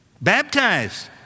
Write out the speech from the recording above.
baptized